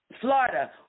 florida